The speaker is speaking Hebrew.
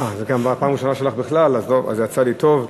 אה, זו גם פעם ראשונה שלך בכלל, אז יצא לי טוב.